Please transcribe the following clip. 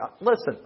Listen